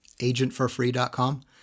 agentforfree.com